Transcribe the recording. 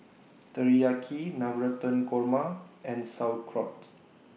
Teriyaki Navratan Korma and Sauerkraut